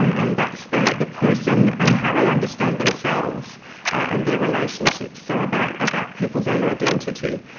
um and that's the person and how they understand themselves and their relationships, so about about people's own identity.